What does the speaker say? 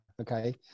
Okay